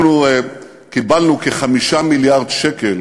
אנחנו קיבלנו כ-5 מיליארד שקלים